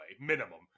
minimum